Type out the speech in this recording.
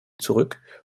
zurück